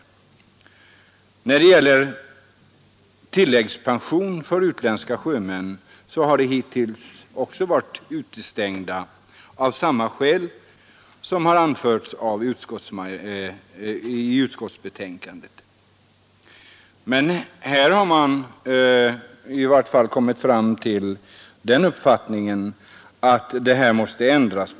Av skäl som anförs i utskottsbetänkandet har utländska sjömän hittills varit utestängda från tilläggspension. Här har man i varje fall kommit till den uppfattningen att något måste göras.